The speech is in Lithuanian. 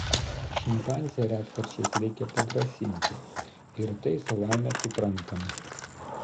šimpanzę retkarčiais reikia padrąsinti ir tai savaime suprantama